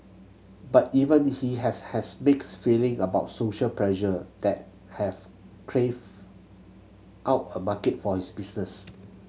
but even he has has mixed feeling about social pressure that have craved out a market for his business